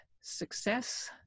success